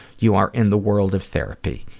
you are in the world of therapy.